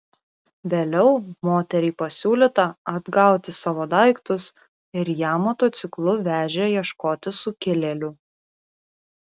vėliau moteriai pasiūlyta atgauti savo daiktus ir ją motociklu vežė ieškoti sukilėlių